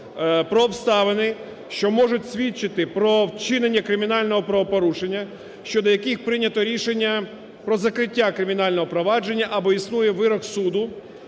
про обставини, що можуть свідчити про вчинення кримінального правопорушення, щодо яких прийнято рішення про закриття кримінального провадження або існує вирок суду